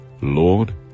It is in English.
Lord